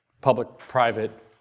public-private